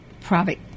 private